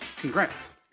Congrats